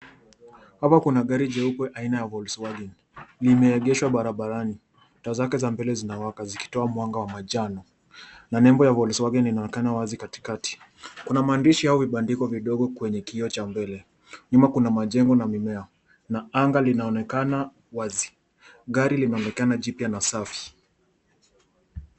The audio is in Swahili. Hapa kuna gari jeupe aina ya Volkswagen limeegeshwa barabarani, taa zake za mbele zinawaka zikitoa mwanga wa manjano na nembo ya volkswagen inaonekana wazi katikati kuna maandishi au vibandiko vidogo kwenye kioo cha mbele nyuma kuna majengo na mimea na anga linaonekana wazi. Gari linaonekana jipya na safi.